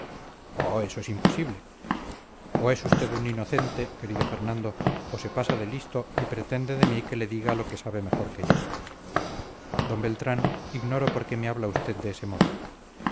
oh eso es imposible o es usted un inocente querido fernando o se pasa de listo y pretende de mí que le diga lo que sabe mejor que yo d beltrán ignoro por qué me habla usted de ese modo